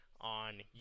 on